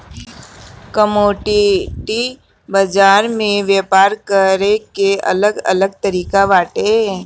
commodity बाजार में व्यापार करे के अलग अलग तरिका बाटे